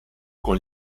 con